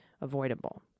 avoidable